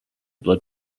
blood